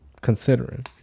considering